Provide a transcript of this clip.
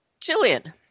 Jillian